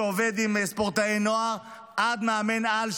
שעובד עם ספורטאי נוער ועד מאמן-על,